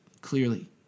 clearly